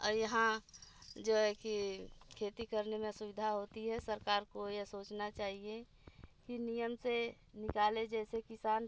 और यहाँ जो है कि खेती करने में असुविधा होती है सरकार को यह सोचना चाहिए कि नियम से निकाले जैसे किसान